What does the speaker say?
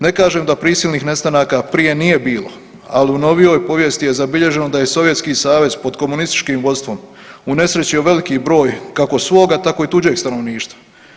Ne kažem da prisilnih nestanaka prije nije bilo, ali u novijoj povijesti je zabilježeno da je Sovjetski Savez pod komunističkim vodstvom unesrećio veliki broj kako svoga, tako i tuđeg stanovništva.